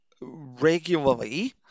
regularly